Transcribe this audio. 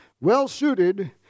well-suited